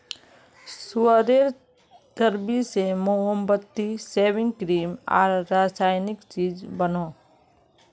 सुअरेर चर्बी से मोमबत्ती, सेविंग क्रीम आर रासायनिक चीज़ बनोह